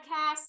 podcast